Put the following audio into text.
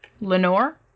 Lenore